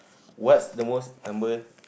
what's the most number